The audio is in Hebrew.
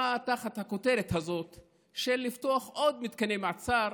באה תחת הכותרת הזאת של לפתוח עוד מתקני מעצר,